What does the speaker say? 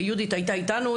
ויהודית הייתה אתנו,